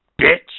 Bitch